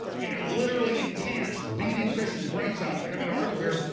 you know literally in camps beating christians brains out think i got an article here.